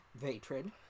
Vatrid